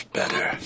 better